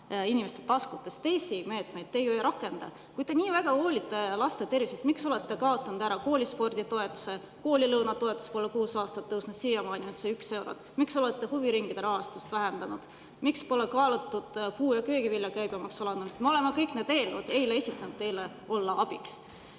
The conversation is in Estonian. inimeste taskutest. Teisi meetmeid te ju ei rakenda. Kui te nii väga hoolite laste tervisest, miks olete kaotanud ära koolispordi toetuse? Koolilõuna toetus pole kuus aastat tõusnud, siiamaani on see 1 euro. Miks olete huviringide rahastust vähendanud? Miks pole kaalutud puu- ja köögivilja käibemaksu alandamist? Me oleme kõik need eelnõud esitanud, et teile abiks